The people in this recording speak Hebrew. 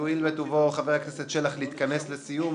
יועיל בטובו חבר הכנסת שלח להתכנס לסיום.